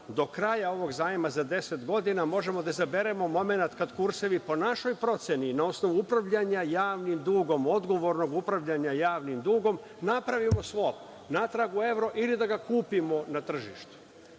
do kraja ovog zajma za deset godina možemo da izaberemo moment kad kursevi po našoj proceni i na osnovu upravljanja javnim dugom, odgovornog upravljanja javnim dugom napravimo … natrag u evro ili da ga kupimo na tržištu.